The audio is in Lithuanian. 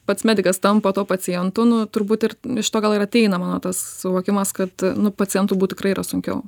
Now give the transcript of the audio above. pats medikas tampa tuo pacientu nu turbūt ir iš to gal ir ateina mano tas suvokimas kad nu pacientu būt tikrai yra sunkiau